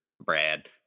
Brad